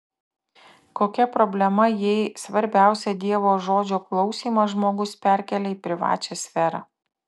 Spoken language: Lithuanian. kokia problema jei svarbiausią dievo žodžio klausymą žmogus perkelia į privačią sferą